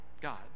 God